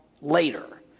later